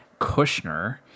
kushner